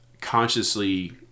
consciously